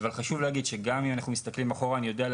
אבל חשוב להגיד לגבי הדו"ח: בהסתכלות אחורה אנחנו ידענו